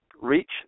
reach